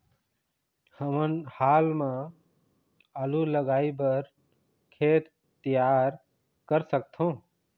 हमन हाल मा आलू लगाइ बर खेत तियार कर सकथों?